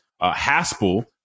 Haspel